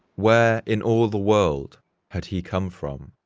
where in all the world had he come from?